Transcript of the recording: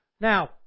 Now